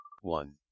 One